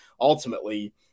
ultimately